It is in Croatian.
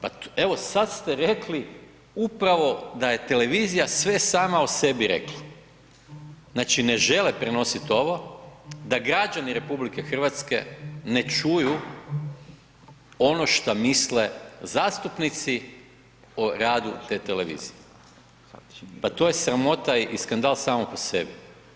Pa evo sad ste rekli upravo da je televizija sve sama o sebi rekla, znači ne žele prenosit ovo da građani RH ne čuju ono šta misle zastupnici o radu te televizije, pa to je sramota i skandal samo po sebi.